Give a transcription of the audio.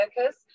workers